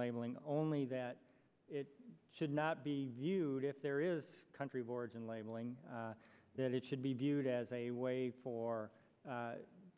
labeling only that it should not be viewed if there is a country of origin labeling that it should be viewed as a way for